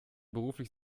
beruflich